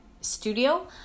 studio